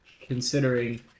considering